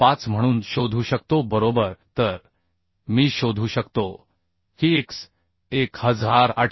05 म्हणून शोधू शकतो बरोबर तर मी शोधू शकतो की x 1803